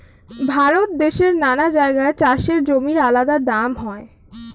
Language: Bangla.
ভারত দেশের নানা জায়গায় চাষের জমির আলাদা দাম হয়